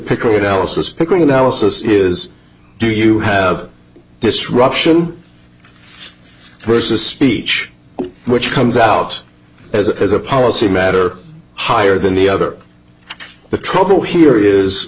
pickle analysis the great analysis is do you have disruption versus speech which comes out as a policy matter higher than the other the trouble here is